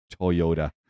Toyota